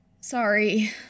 Sorry